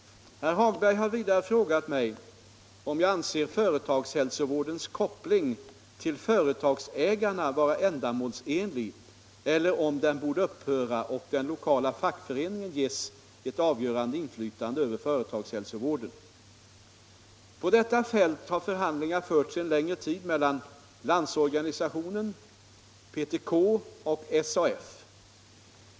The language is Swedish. Herr Hagberg har vidare frågat mig om jag anser företagshälsovårdens koppling till företagsägarna vara ändamålsenlig eller om den borde upphöra och den lokala fackföreningen ges ett avgörande inflytande över företagshälsovården. På detta fält har förhandlingar förts en längre tid mellan LO/PTK och SAF.